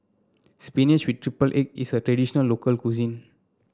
spinach with triple egg is a traditional local cuisine